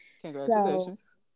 Congratulations